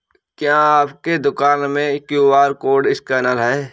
क्या आपके दुकान में क्यू.आर कोड स्कैनर है?